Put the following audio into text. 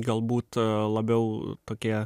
galbūt labiau tokie